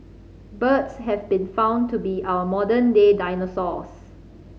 birds have been found to be our modern day dinosaurs